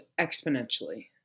exponentially